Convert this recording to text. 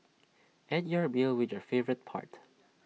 end your meal with your favourite part